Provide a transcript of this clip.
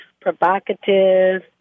provocative